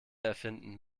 erfinden